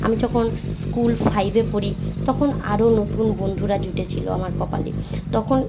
আমি যখন স্কুল ফাইভে পড়ি তখন আরও নতুন বন্ধুরা জুটেছিল আমার কপালে তখন